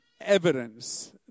evidence